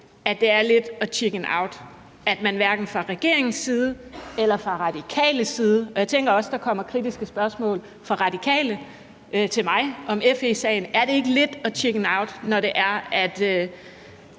at det er lidt at chicken out, at man hverken fra regeringens side eller fra Radikales side – og jeg tænker også, der kommer kritiske spørgsmål fra Radikale til mig om FE-sagen – går på talerstolen. Er det ikke lidt at chicken out, når man